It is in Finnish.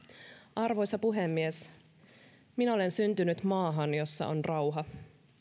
arvoisa puhemies minä olen syntynyt maahan jossa on rauha